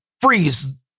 freeze